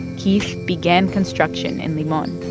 keith began construction in limon